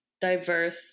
diverse